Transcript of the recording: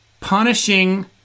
punishing